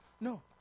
no